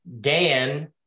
Dan